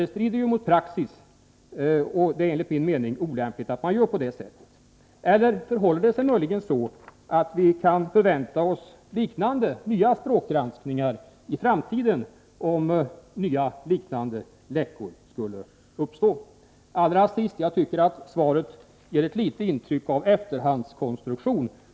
De strider ju mot praxis, och det är enligt min mening olämpligt att göra på detta sätt. Eller kan vi förvänta oss liknande språkgranskningar i framtiden, om nya, liknande läckor skulle uppstå? Allra sist: Jag tycker att svaret ger ett litet intryck av efterhandskonstruktion.